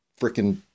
freaking